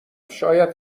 شاید